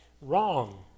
Wrong